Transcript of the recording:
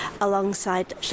alongside